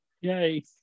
Yay